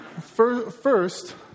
First